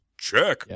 Check